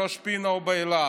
בראש פינה ובאילת.